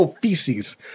feces